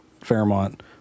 Fairmont